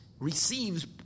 receives